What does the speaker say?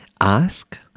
Ask